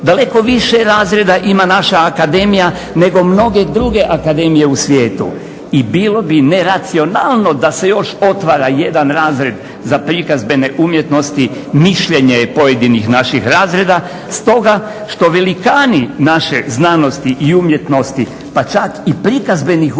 Daleko više razreda ima naša akademija nego mnoge druge akademije u svijetu i bilo bi neracionalno da se još otvara jedan razred za prikazbene umjetnosti, mišljenje je pojedinih naših razreda, stoga što velikani naše znanosti i umjetnosti pa čak i prikazbenih umjetnosti